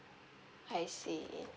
I see